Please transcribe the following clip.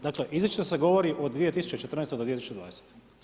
Dakle izričito se govori o 2014. do 2020.